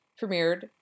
premiered